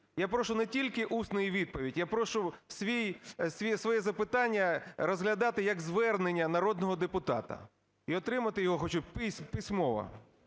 Я прошу не тільки усної відповіді, я прошу своє запитання розглядати як звернення народного депутата і отримати його хочу письмово.